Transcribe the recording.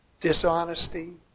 dishonesty